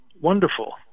wonderful